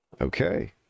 Okay